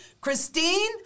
Christine